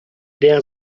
der